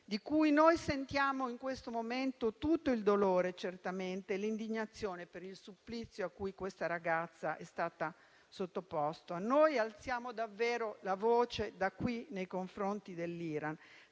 di cui sentiamo in questo momento tutto il dolore e certamente l'indignazione per il supplizio a cui quella ragazza è stata sottoposta. Alziamo davvero la voce da qui nei confronti dell'Iran.